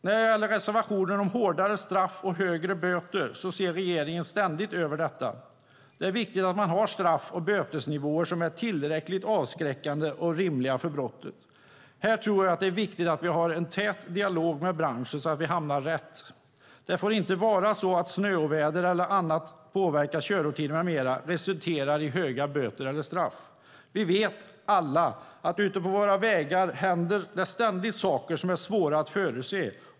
När det gäller reservationen om hårdare straff och högre böter vill jag säga att regeringen ständigt ser över detta. Det är viktigt att man har straff och bötesnivåer som är tillräckligt avskräckande och rimliga för brottet. Här tror jag att det är viktigt att vi har en tät dialog med branschen, så att vi hamnar rätt. Det får inte vara så att ett snöoväder eller annat som påverkar körtider med mera resulterar i höga böter eller straff. Vi vet alla att det ute på våra vägar ständigt händer saker som är svåra att förutse.